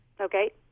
okay